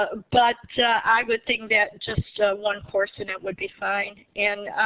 ah but i would think that just one course in it would be fine. and